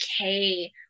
okay